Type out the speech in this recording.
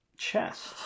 Chest